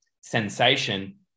sensation